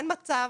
אין מצב.